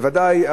בוודאי,